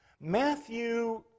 Matthew